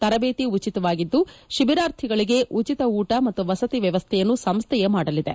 ತರಬೇತಿ ಉಚಿತವಾಗಿದ್ದು ಶಿಬಿರಾರ್ಥಿಗಳಿಗೆ ಉಚಿತ ಊಟ ಮತ್ತು ವಸತಿ ವ್ಯವಸ್ಥೆಯನ್ನು ಸಂಸ್ಥೆಯೇ ಮಾಡಲಿದೆ